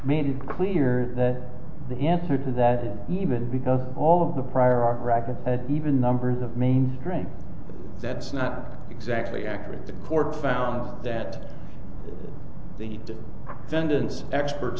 made it clear that the answer to that even because all of the prior art records had even numbers of mainstream that's not exactly accurate records found that the vendeans experts